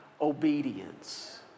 obedience